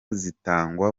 zitangwa